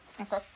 Okay